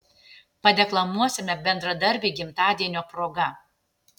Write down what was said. padeklamuosime bendradarbiui gimtadienio proga